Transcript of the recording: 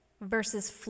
versus